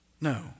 No